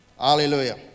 Hallelujah